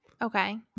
Okay